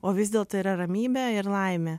o vis dėlto yra ramybė ir laimė